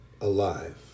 alive